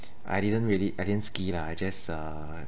I didn't really I didn't ski lah I just uh